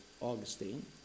Augustine